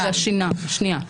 רגע, שנייה.